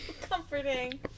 comforting